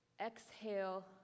Exhale